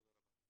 תודה רבה.